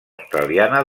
australiana